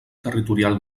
territorial